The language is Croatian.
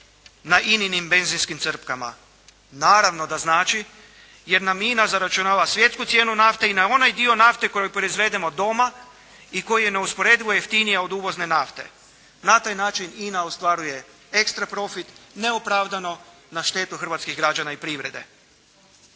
na INA-nim benzinskim crpkama. Naravno da znači, jer nam INA zaračunava svjetsku cijenu nafte i na onaj dio nafte koji proizvedemo doma i koji je neusporedivo jeftinija od uvozne nafte. Na taj način INA ostvaruje ekstra profit, neopravdano na štetu hrvatskih građana i privrede.